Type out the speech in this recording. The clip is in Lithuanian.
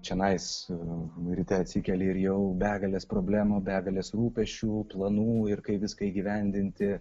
čionais ryte atsikeli ir jau begalės problemų begalės rūpesčių planų ir kai viską įgyvendinti